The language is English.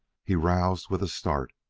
he roused with a start.